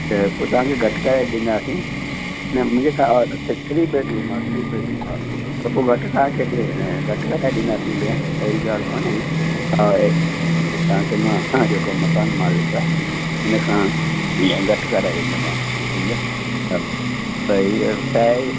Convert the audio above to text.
त पोइ तव्हांखे घटि करे ॾींदासीं न मुंहिंजे ख़्यालु थ्री बेडरुम आहे थ्री बेडरुम आहे त पोइ घटि तव्हांखे ॾि घटि कराए ॾींदासीं भेण अहिड़ी ॻाल्हि कोन्हे त ऐं तव्हांखे मां तव्हांखे जेको मकान मालिक आहे उन खां घटि कराए ॾींदोमांव समझुव त हीअं अघु छाहे